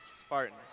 Spartan